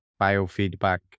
biofeedback